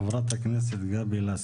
חברת הכנסת גבי לסקי.